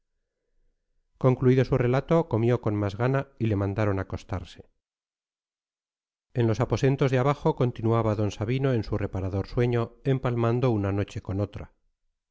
concluido su relato comió con más gana y le mandaron acostarse en los aposentos de abajo continuaba d sabino en su reparador sueño empalmando una noche con otra